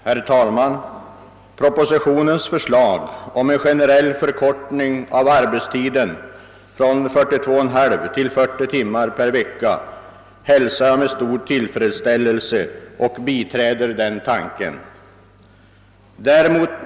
Herr talman! Propositionens förslag om en generell förkortning av arbetstiden från 42,5 till 40 timmar per vecka hälsar jag med stor tillfredsställelse, och jag biträder det förslaget.